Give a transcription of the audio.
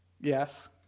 Yes